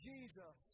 Jesus